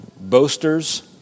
boasters